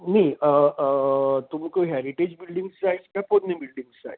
न्हय तुमकां heritage buildings जाय काय पोन्नी बिल्डींग्स जाय